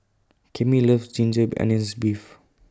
Cami loves Ginger Onions Beef